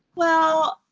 well,